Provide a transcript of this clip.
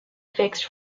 fixed